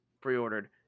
Pre-ordered